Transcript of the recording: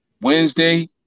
Wednesday